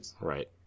right